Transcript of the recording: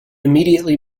immediately